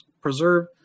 preserve